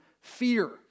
fear